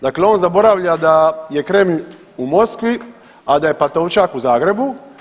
Dakle, on zaboravlja da je Kremlj u Moskvi, a da je Pantovčak u Zagrebu.